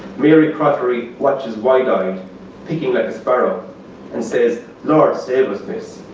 mary crothery watches wide-eyed picking like a sparrow and says, lord, save us, miss.